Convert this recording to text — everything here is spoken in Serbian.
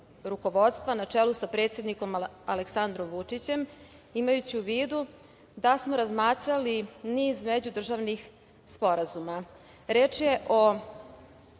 rukovodstva na čelu sa predsednikom Aleksandrom Vučićem, imajući u vidu da smo razmatrali niz međudržavnih sporazuma. Reč je